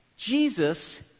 Jesus